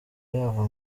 yava